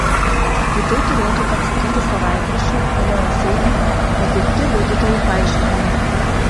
į tai turėtų atsakyti savaitraščiui alio raseiniai pateikti liudytojų paaiškinimai